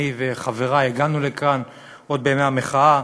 אני וחברי הגענו לכאן עוד בימי המחאה,